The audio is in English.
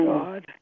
God